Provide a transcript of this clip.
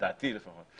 לדעתי לפחות.